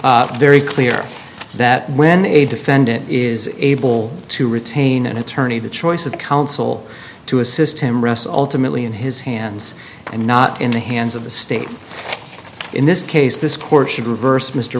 is very clear that when a defendant is able to retain an attorney the choice of counsel to assist him rests alternately in his hands and not in the hands of the state in this case this court should reverse mr